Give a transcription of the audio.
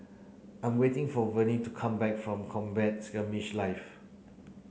I am waiting for Vennie to come back from Combat Skirmish Live